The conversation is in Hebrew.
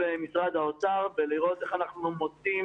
משרד האוצר כדי לראות איך אנחנו מוצאים